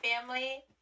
family